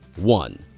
one.